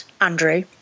Andrew